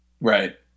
Right